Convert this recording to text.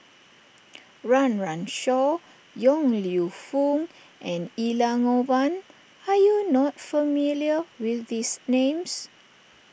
Run Run Shaw Yong Lew Foong and Elangovan are you not familiar with these names